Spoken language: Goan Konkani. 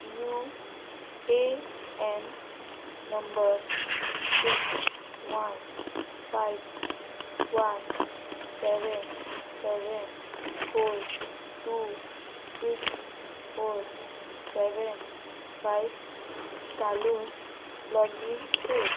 you A N number six one five one seven seven four two six four seven five घालून लॉग इन कर